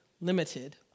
limited